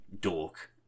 dork